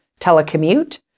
telecommute